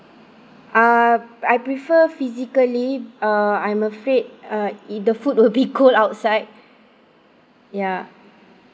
err I prefer physically uh I'm afraid uh the food will be cold outside ya